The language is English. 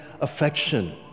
affection